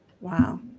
wow